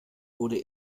wurde